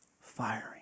firing